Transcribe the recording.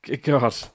God